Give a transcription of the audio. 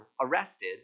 arrested